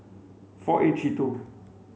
four eight three two